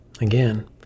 again